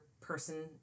person